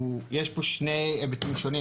יש פה שני היבטים שונים,